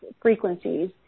frequencies